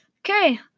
Okay